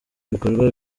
ibikorwa